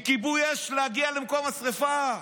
ממכבי האש להגיע למקום שרפה",